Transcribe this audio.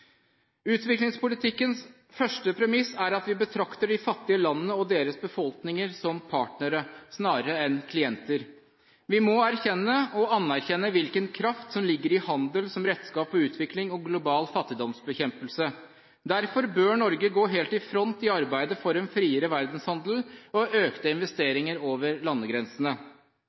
Utviklingspolitikkens første premisser at vi betrakter de fattige landene og deres befolkninger som partnere snarere enn som klienter. Vi må erkjenne og anerkjenne hvilken kraft som ligger i handel som redskap for utvikling og global fattigdomsbekjempelse. Derfor bør Norge gå helt i front i arbeidet for en friere verdenshandel og økte investeringer over landegrensene.